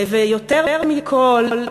ויותר מכול,